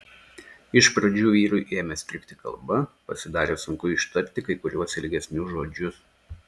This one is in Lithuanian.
iš pradžių vyrui ėmė strigti kalba pasidarė sunku ištarti kai kuriuos ilgesnius žodžius